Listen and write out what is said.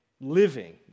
living